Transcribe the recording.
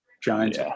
Giants